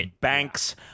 Banks